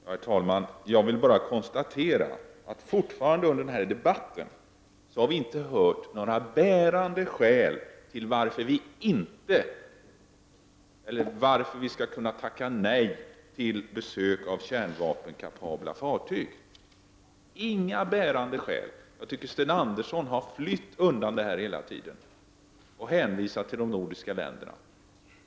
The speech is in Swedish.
Herr talman! Jag vill bara konstatera att under denna debatt har vi fortfarande inte fått höra några bärande skäl till varför vi inte skulle kunna tacka nej till besök av kärnvapenkapabla fartyg — inga bärande skäl. Jag tycker att Sten Andersson har flytt undan detta hela tiden och hänvisat till de nordiska länderna.